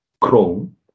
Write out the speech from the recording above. chrome